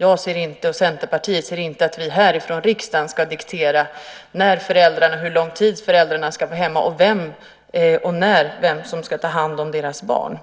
Jag och Centerpartiet anser inte att vi härifrån riksdagen ska diktera när och hur lång tid föräldrarna ska vara hemma och vem det är som ska ta hand om deras barn.